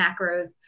macros